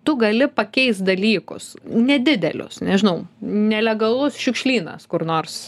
tu gali pakeist dalykus nedidelius nežinau nelegalus šiukšlynas kur nors